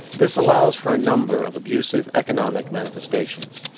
this allows for a number of abusive economic manifestations,